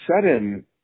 sudden